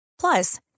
Plus